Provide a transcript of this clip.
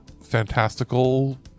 fantastical